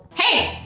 hey!